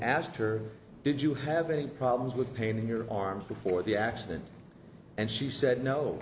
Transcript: her did you have any problems with pain in your arms before the accident and she said no